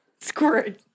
Squirt